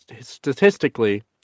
statistically